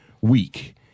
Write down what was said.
week